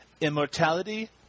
Immortality